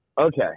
okay